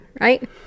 Right